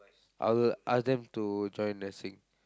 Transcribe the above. I will ask them to join nursing